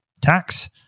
tax